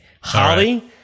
Holly